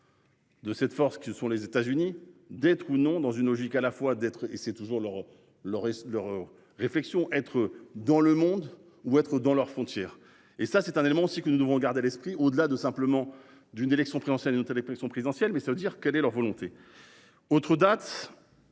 De cette force que sont les États-Unis d'être ou non dans une logique, à la fois d'être et c'est toujours leur leur leur réflexion être dans le monde ou être dans leurs frontières et ça c'est un élément aussi que nous devons garder l'esprit au-delà de simplement d'une élection préenseigne note avec élection présidentielle mais ça veut dire que leur volonté. Autre date.